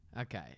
Okay